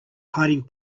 hiding